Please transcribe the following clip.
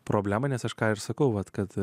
problema nes aš ką ir sakau vat kad